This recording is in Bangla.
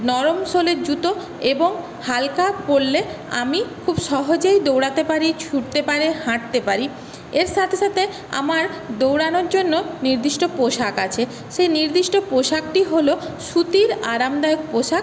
নরম সোলের জুতো এবং হালকা পড়লে আমি খুব সহজেই দৌড়াতে পারি ছুটতে পারি হাঁটতে পারি এর সাথে সাথে আমার দৌড়ানোর জন্য নির্দিষ্ট পোশাক আছে সেই নির্দিষ্ট পোশাকটি হল সুতির আরামদায়ক পোশাক